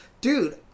Dude